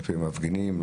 כלפי מפגינים,